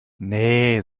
nee